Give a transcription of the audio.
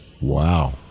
Wow